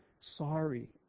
sorry